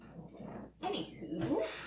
Anywho